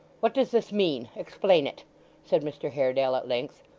what does this mean? explain it said mr haredale at length.